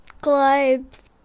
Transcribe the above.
globes